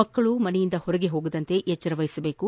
ಮಕ್ಕಳು ಮನೆಯಿಂದ ಹೊರಗೆ ಹೋಗದಂತೆ ಎಚ್ಚರ ವಹಿಸಬೇಕು